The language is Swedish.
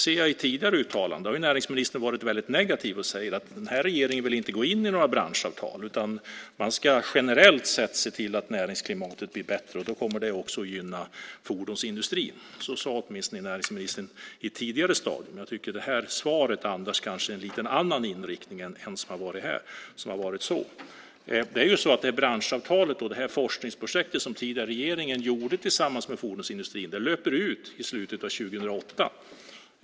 I tidigare uttalanden har näringsministern varit väldigt negativ och sagt att den här regeringen inte vill gå in i några branschavtal utan att man generellt sett ska se till att näringsklimatet blir bättre och att det då också kommer att gynna fordonsindustrin. Det sade näringsministern åtminstone på ett tidigare stadium. Jag tycker att detta svar kanske andas en något annan inriktning. Detta branschavtal, alltså det forskningsprojekt som regeringen tidigare gjorde tillsammans med fordonsindustrin, löper ut i slutet av 2008.